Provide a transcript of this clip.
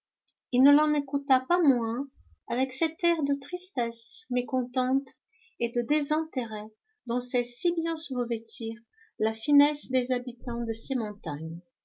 il ne l'en écouta pas moins avec cet air de tristesse mécontente et de désintérêt dont sait si bien se revêtir la finesse des habitants de ces montagnes